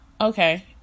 okay